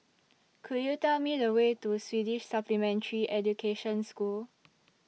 Could YOU Tell Me The Way to Swedish Supplementary Education School